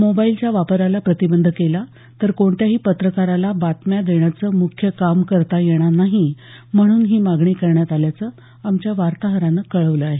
मोबाइलच्या वापराला प्रतिबंध केला तर कोणत्याही पत्रकाराला बातम्या देण्याचं मुख्य कामच करता येणार नाही म्हणून ही मागणी करण्यात आल्याचं आमच्या वार्ताहरानं कळवलं आहे